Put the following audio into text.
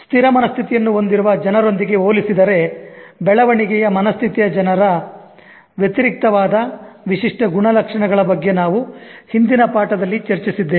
ಸ್ಥಿರ ಮನಸ್ಥಿತಿಯನ್ನು ಹೊಂದಿರುವ ಜನರೊಂದಿಗೆ ಹೋಲಿಸಿದರೆ ಬೆಳವಣಿಗೆಯ ಮನಸ್ಥಿತಿಯ ಜನರ ವ್ಯತಿರಿಕ್ತವಾದ ವಿಶಿಷ್ಟ ಗುಣಲಕ್ಷಣಗಳ ಬಗ್ಗೆ ನಾವು ಹಿಂದಿನ ಪಾಠದಲ್ಲಿ ಚರ್ಚಿಸಿದ್ದೇವೆ